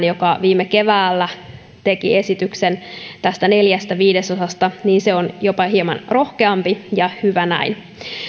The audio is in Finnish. joka viime keväänä teki esityksen tästä neljästä viidesosasta on jopa hieman rohkeampi ja hyvä näin